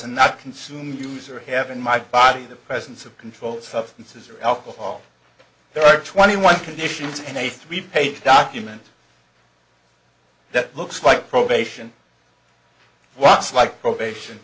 and not consume use or have in my body the presence of controlled substances or alcohol there are twenty one conditions and a three page document that looks like probation walks like probation